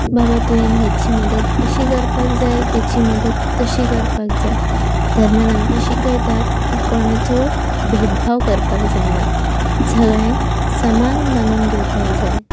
बाबा तुवें हेची मदत अशी करपाक जाय तेची मदत तशी करपाक जाय धर्मान आमकां शिकयतात की कोणाचो भेदभाव करपाक जायना सगळें समान मानून घेवपाक जाय